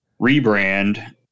rebrand